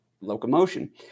locomotion